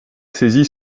saisie